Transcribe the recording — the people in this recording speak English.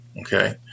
okay